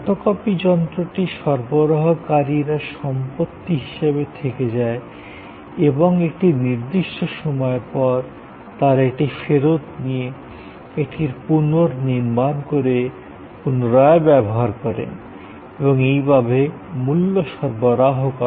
photocopy যন্ত্রটি সরবরাহকারীর সম্পত্তি হিসাবে থেকে যায় এবং একটি নির্দিষ্ট সময়ের পর তারা এটি ফেরত নিয়ে এটির পুনর্নির্মাণ করে পুনরায় ব্যবহার করেন এবং এইভাবে মূল্য সরবরাহ করা হয়